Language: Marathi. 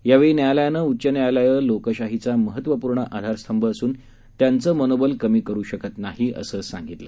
यावेळी न्यायालयानंउच्च न्यायालयं लोकशाहीचा महत्वपूर्ण आधारस्तंभ असून त्यांचं मनोबल कमी करु शकत नाही असं सांगितलं